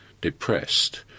depressed